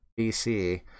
BC